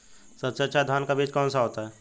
सबसे अच्छा धान का बीज कौन सा होता है?